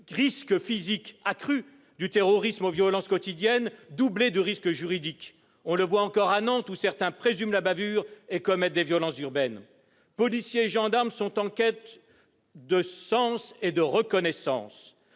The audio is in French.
risques physiques accrus, du terrorisme aux violences quotidiennes, doublés de risques juridiques. On le voit encore à Nantes, où certains présument la bavure et commettent des violences urbaines. Policiers et gendarmes sont en quête de sens et de reconnaissance